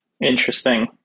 Interesting